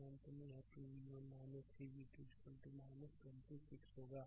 तो अंत में यह 2 v1 3 v2 26 होगा